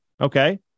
Okay